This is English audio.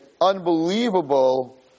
unbelievable